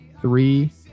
three